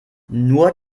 nur